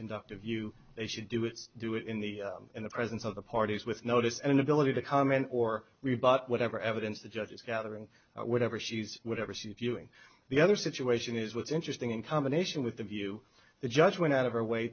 conduct of you they should do it do it in the in the presence of the parties with notice and ability to comment or we bought whatever evidence the judge is gathering or whatever she's whatever see if you in the other situation is what's interesting in combination with the view the judge went out of her way